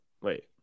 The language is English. Wait